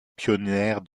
pionnière